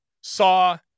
saw